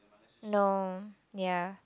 no ya